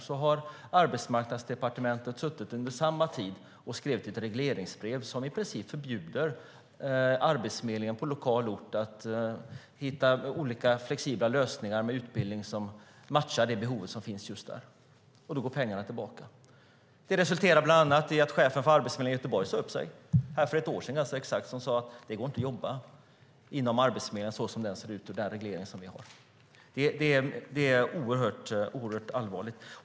Under samma tid har Arbetsmarknadsdepartementet suttit och skrivit ett regleringsbrev som i princip förbjuder Arbetsförmedlingen på lokal ort att hitta olika flexibla lösningar med utbildning som matchar det behov som finns just där, och då går pengarna tillbaka. Det resulterade bland annat i att chefen för Arbetsförmedlingen i Göteborg sade upp sig för ganska exakt ett år sedan och sade: Det går inte att jobba i Arbetsförmedlingen såsom den ser ut med den reglering vi har. Det är oerhört allvarligt.